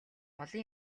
олон